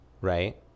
right